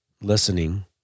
listening